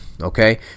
Okay